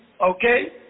Okay